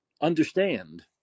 understand